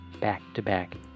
back-to-back